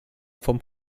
vom